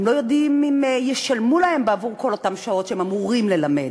הם לא יודעים אם ישלמו להם עבור כל אותן שעות שהם אמורים ללמד.